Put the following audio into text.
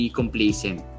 complacent